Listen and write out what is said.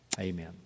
Amen